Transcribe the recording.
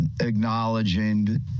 acknowledging